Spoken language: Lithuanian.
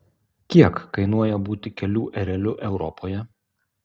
kiek kainuoja būti kelių ereliu europoje